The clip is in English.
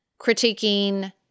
critiquing